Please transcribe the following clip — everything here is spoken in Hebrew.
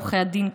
עורכי הדין,